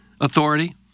authority